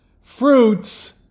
fruits